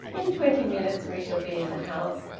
in twenty minutes we shall be in the house.